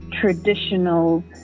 traditional